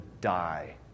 die